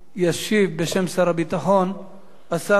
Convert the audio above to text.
ישיב בשם שר הביטחון, השר שלום שמחון.